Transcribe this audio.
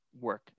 work